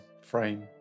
frame